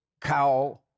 cow